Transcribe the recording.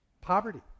Poverty